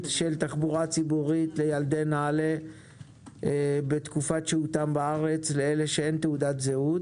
של תחבורה ציבורית לילדי נעל"ה בתקופת שהותם בארץ לאלה שאין תעודת זהות.